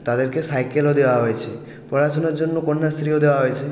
তাদেরকে সাইকেলও দেওয়া হয়েছে পড়াশুনার জন্য কন্যাশ্রীও দেওয়া হয়েছে